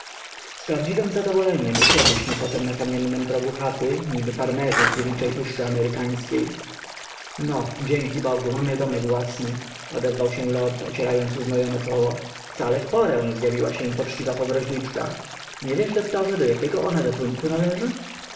prawdziwem zadowoleniem usiedliśmy potem na kamiennym progu chaty niby farmerzy w dziewiczej puszczy amerykańskiej no dzięki bogu mamy domek własnyl odezwał się lord ocierając uznojone czoło wcale w porę zjawiła nam się poczciwa powroźniczka nie wiesz doktorze do jakiego ona gatunku należy